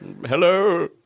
Hello